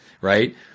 right